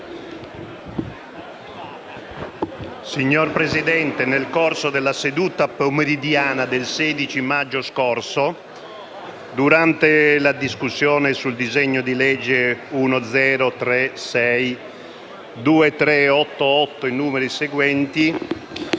Signor Presidente, nel corso della seduta pomeridiana del 16 maggio scorso, durante la discussione sul disegno di legge n. 10-362-388-395-849-874-B, in